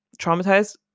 traumatized